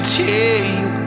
take